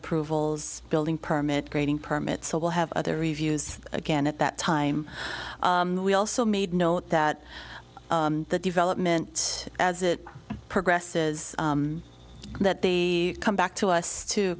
approvals building permit grading permits so we'll have other reviews again at that time we also made note that the development as it progresses that they come back to us to